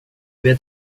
vet